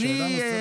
אני מסיים.